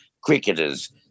cricketers